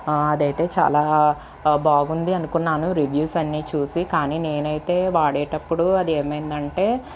అదైతే చాలా బాగుంది అనుకున్నాను రివ్యూస్ అన్నీ చూసి కానీ నేనైతే వాడేటప్పుడు అదేమయిందంటే